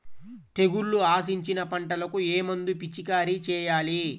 తెగుళ్లు ఆశించిన పంటలకు ఏ మందు పిచికారీ చేయాలి?